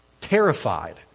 terrified